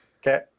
Okay